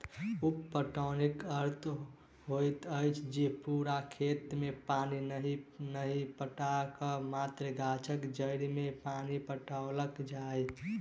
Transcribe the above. उप पटौनीक अर्थ होइत अछि जे पूरा खेत मे पानि नहि पटा क मात्र गाछक जड़ि मे पानि पटाओल जाय